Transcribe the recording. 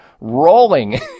rolling